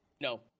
no